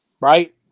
right